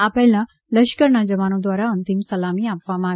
આ પહેલાં લશ્કરના જવાનો દ્વારા અંતિમ સલામી આપવામાં આવી હતી